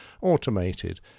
automated